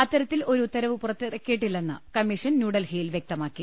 അത്തരത്തിൽ ഒരു ഉത്തരവ് പുറത്തിറക്കിയിട്ടില്ലെന്ന് കമ്മീ ഷൻ ന്യൂഡൽഹിയിൽ വ്യക്തമാക്കി